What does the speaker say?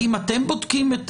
האם אתם בודקים את